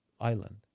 island